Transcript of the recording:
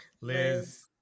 Liz